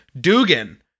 Dugan